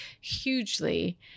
hugely